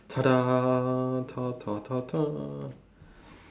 tadah tadah tadah